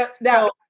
Now